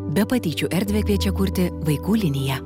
be patyčių erdvę kviečia kurti vaikų liniją